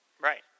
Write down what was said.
Right